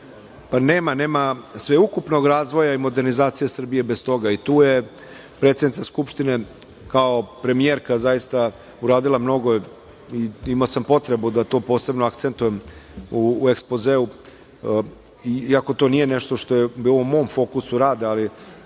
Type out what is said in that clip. napredak, nema sveukupnog razvoja i modernizacije Srbije bez toga i tu je predsednica Skupštine kao premijerka zaista uradila mnogo. Imao sam potrebu da to posebno akcentujem u ekspozeu, iako to nije nešto što je bilo u mom fokusu rada, ali